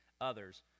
others